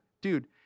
Dude